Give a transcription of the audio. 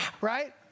right